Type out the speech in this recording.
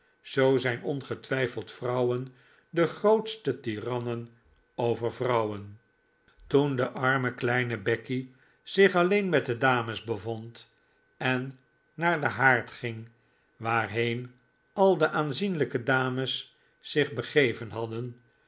zoo zijn ongetwijfeld vrouwen de grootste tirannen over vrouwen toen de arme kleine becky zich alleen met de dames bevond en naar den haard ging waarheen al de aanzienlijke dames zich begeven hadden